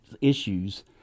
issues